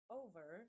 over